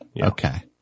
Okay